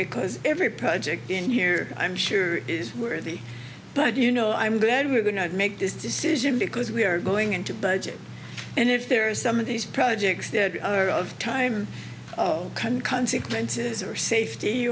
because every project in here i'm sure is worthy but you know i'm glad we do not make this decision because we are going into budget and if there is some of these projects that are of time oh kunt consequences are safety